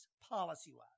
policy-wise